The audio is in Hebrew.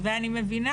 ואני מבינה